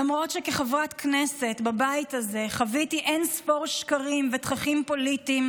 למרות שכחברת כנסת בבית הזה חוויתי אין-ספור שקרים ותככים פוליטיים,